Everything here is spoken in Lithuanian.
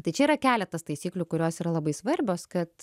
tai čia yra keletas taisyklių kurios yra labai svarbios kad